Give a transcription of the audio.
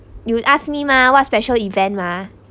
you would ask me mah what special event mah